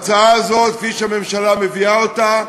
ההצעה הזאת, כפי שהממשלה מביאה אותה,